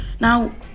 Now